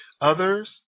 Others